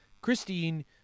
Christine